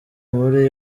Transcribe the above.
muri